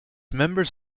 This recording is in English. members